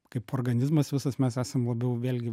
kaip organizmas visas mes esam labiau vėlgi